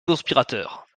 conspirateurs